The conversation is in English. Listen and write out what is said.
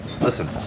listen